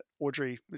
Audrey